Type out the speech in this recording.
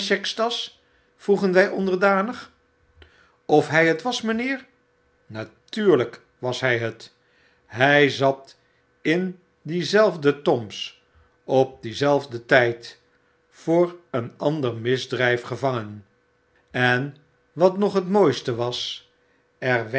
vroegen wy onderdanig of hij het was mynheer natuurlyk was hy het hy zat in diezelfde tombs op dienzelfden tyd voor een ander misdryf gevangen en wat nog het mooiste was er